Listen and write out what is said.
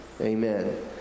Amen